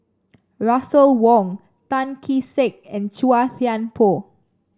Russel Wong Tan Kee Sek and Chua Thian Poh